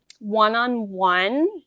one-on-one